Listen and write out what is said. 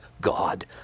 God